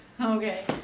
Okay